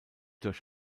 durch